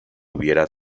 hubiera